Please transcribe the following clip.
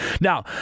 Now